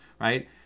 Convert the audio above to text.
right